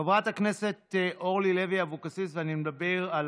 חברת הכנסת אורלי לוי אבקסיס, ואני מדבר על